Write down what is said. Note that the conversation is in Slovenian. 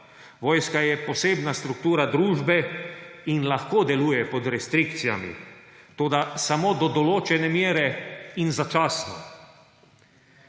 Vojska je posebna struktura družbe in lahko deluje pod restrikcijami, toda samo do določene mere in začasno.